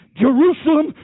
Jerusalem